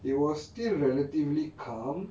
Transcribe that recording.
it was still relatively calm